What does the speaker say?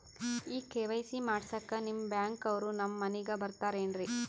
ಈ ಕೆ.ವೈ.ಸಿ ಮಾಡಸಕ್ಕ ನಿಮ ಬ್ಯಾಂಕ ಅವ್ರು ನಮ್ ಮನಿಗ ಬರತಾರೆನ್ರಿ?